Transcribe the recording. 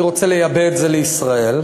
אני רוצה לייבא את זה לישראל,